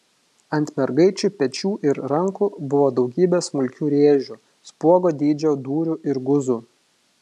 ant mergaičių pečių ir rankų buvo daugybė smulkių rėžių spuogo dydžio dūrių ir guzų